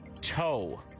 toe